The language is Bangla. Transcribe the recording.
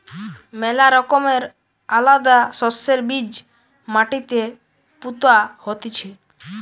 ম্যালা রকমের আলাদা শস্যের বীজ মাটিতে পুতা হতিছে